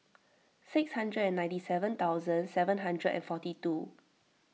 six hundred and ninety seven thousand seven hundred and forty two